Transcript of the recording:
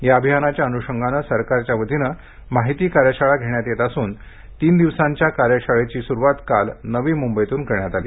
या अभियानाच्या अनुषंगानं सरकारच्या वतीने माहिती कार्यशाळा घेण्यात येत असून तीन दिवसांच्या कार्यशाळेची सुरूवात काल नवी मुंबईतून करण्यात आली